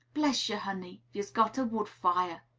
bless yer, honey, yer's got a wood-fire.